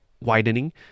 widening